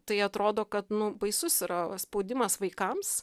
tai atrodo kad nu baisus yra spaudimas vaikams